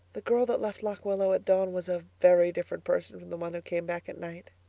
the girl that left lock willow at dawn was a very different person from the one who came back at night.